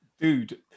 dude